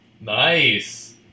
nice